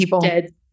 dead